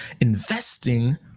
investing